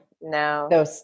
No